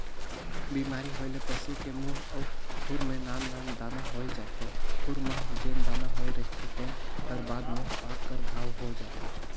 बेमारी होए ले पसू की मूंह अउ खूर में नान नान दाना होय जाथे, खूर म जेन दाना होए रहिथे तेन हर बाद में पाक कर घांव हो जाथे